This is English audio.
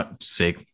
Sick